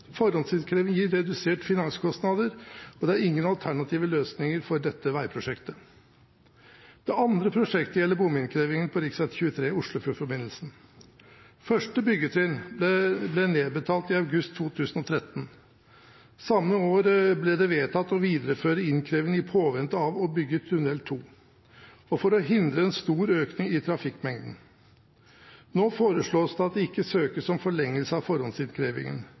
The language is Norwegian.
Forhåndsinnkreving gir reduserte finanskostnader, og det er ingen alternative løsninger for dette veiprosjektet. Det andre prosjektet gjelder bompengeinnkrevingen på rv. 23 Oslofjordforbindelsen. Første byggetrinn ble nedbetalt i august 2013. Samme år ble det vedtatt å videreføre innkrevingen i påvente av å bygge tunnel 2 og for å hindre en stor økning i trafikkmengden. Nå foreslås det at det ikke søkes om forlengelse av forhåndsinnkrevingen.